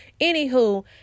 anywho